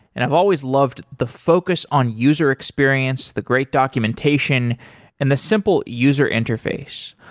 and i've always loved the focus on user experience, the great documentation and the simple user interface.